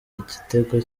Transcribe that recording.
igitego